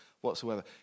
whatsoever